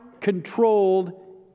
controlled